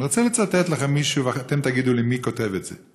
אני רוצה לצטט לכם מישהו ואתם תגידו לי מי כותב את זה.